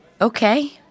Okay